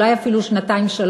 ואולי אפילו שנתיים-שלוש,